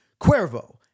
Cuervo